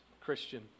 Christian